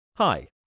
Hi